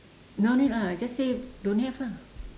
no need lah just say don't have lah